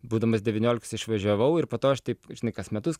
būdamas devyniolikos išvažiavau ir po to aš taip žinai kas metus